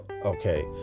okay